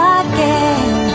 again